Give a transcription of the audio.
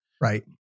right